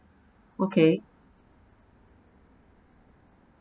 okay